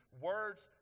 words